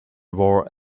wore